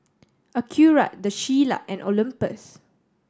Acura The Shilla and Olympus